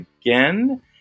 again